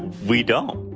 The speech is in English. we don't.